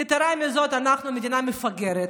יתרה מזאת, אנחנו מדינה מפגרת.